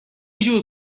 جور